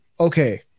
Okay